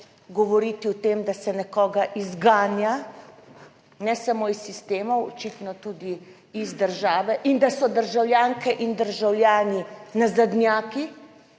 govoriti o tem, da se nekoga izganja ne samo iz sistemov, očitno tudi iz države in da so državljanke in državljani nazadnjaki;